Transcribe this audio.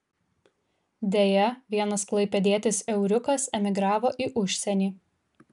deja vienas klaipėdietis euriukas emigravo į užsienį